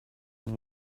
and